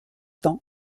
tend